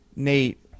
Nate